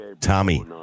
Tommy